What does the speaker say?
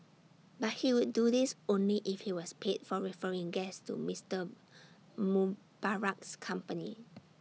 but he would do this only if he was paid for referring guests to Mister Mubarak's company